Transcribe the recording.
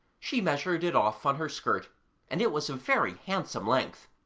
she measured it off on her skirt and it was a very handsome length.